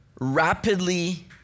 rapidly